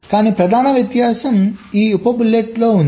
కానీ ప్రధాన వ్యత్యాసం ఈ ఉప బుల్లెట్లలో ఉంది